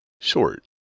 Short